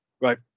right